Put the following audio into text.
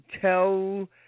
tell